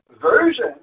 version